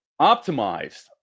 optimized